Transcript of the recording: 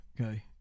Okay